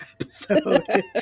episode